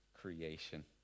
Creation